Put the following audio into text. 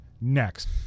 next